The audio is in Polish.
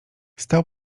stał